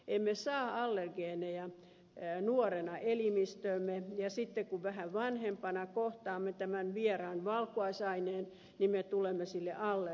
emme saa allergeeneja nuorena elimistöömme ja sitten kun vähän vanhempana kohtaamme tämän vieraan valkuaisaineen tulemme sille allergiseksi